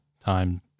time